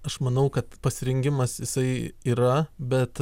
aš manau kad pasirengimas jisai yra bet